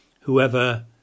whoever